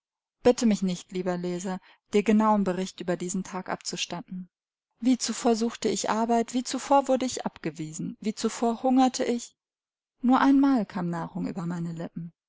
bitte mich nicht lieber leser dir genauen bericht über diesen tag abzustatten wie zuvor suchte ich arbeit wie zuvor wurde ich abgewiesen wie zuvor hungerte ich nur einmal kam nahrung über meine lippen